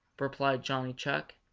replied johnny chuck.